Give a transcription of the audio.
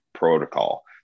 Protocol